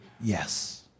yes